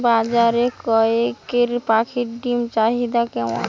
বাজারে কয়ের পাখীর ডিমের চাহিদা কেমন?